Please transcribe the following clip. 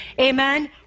Amen